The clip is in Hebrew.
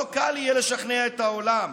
לא קל יהיה לשכנע את העולם,